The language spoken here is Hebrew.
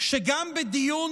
שגם בדיון